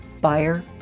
buyer